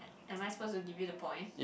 am am I supposed to give you the point